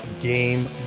Game